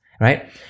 right